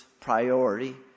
priority